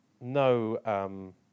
no